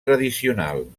tradicional